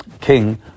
king